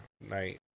night